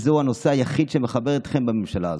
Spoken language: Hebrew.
זהו הנושא היחיד שמחבר אתכם בממשלה הזאת.